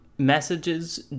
messages